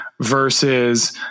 versus